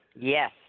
Yes